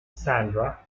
sandra